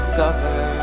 cover